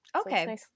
Okay